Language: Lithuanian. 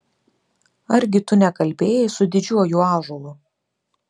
argi tu nekalbėjai su didžiuoju ąžuolu